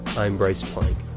i'm bryce plank.